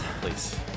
Please